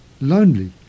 lonely